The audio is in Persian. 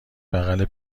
بغل